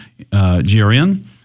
grn